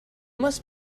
must